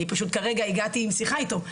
אני פשוט כרגע הגעתי משיחה איתו.